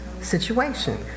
situation